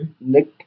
Nick